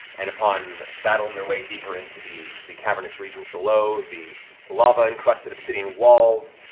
and upon battling their way deeper into the the cavernous regions below the the lava-encrusted obsidian walls,